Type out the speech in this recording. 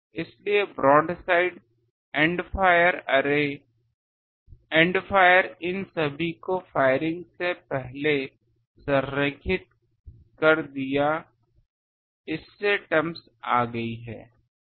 इसलिए broadside and fire in सभी को फायरिंग से पहले संरेखित कर दिया इससे टर्म्सआ गईं